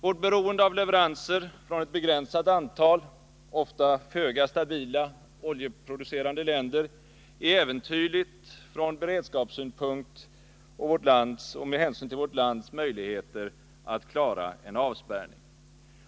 Vårt beroende av leveranser från ett begränsat antal, ofta föga stabila, oljeproducerande länder är äventyrligt från beredskapssynpunkt och med hänsyn till vårt lands möjligheter att klara en avspärrning.